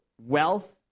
wealth